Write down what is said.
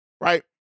right